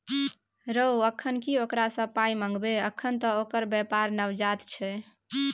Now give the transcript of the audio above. रौ अखन की ओकरा सँ पाय मंगबै अखन त ओकर बेपार नवजात छै